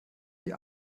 wie